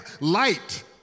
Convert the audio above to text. light